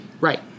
Right